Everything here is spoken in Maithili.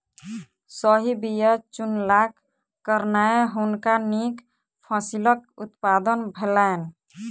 सही बीया चुनलाक कारणेँ हुनका नीक फसिलक उत्पादन भेलैन